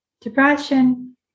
depression